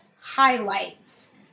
highlights